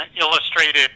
Illustrated